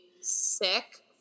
sick